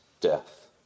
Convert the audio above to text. death